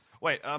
Wait